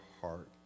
heart